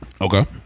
Okay